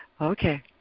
Okay